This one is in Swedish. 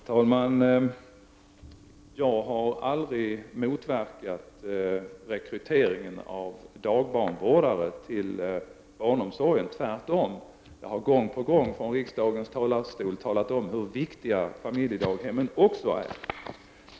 Herr talman! Jag har aldrig motverkat rekryteringen av dagbarnvårdare till barnomsorgen. Tvärtom har jag gång på gång från riksdagens talarstol talat om hur viktiga familjedaghemmen är.